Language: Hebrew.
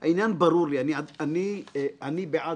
שני הנציגים של "פלאש 90", יהיה תיקון.